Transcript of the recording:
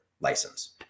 license